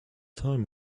time